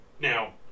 Now